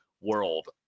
world